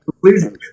Please